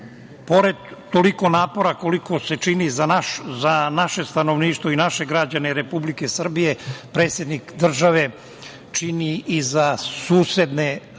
pored toliko napora koliko se čini za naše stanovništvo i naše građane Republike Srbije predsednik države čini i za susedne narode